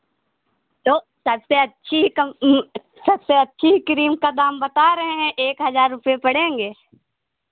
तो सबसे अच्छी कम् सबसे अच्छी क्रीम का दाम बता रहे हैं एक हज़ार रुपये पड़ेंगे